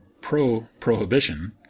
pro-prohibition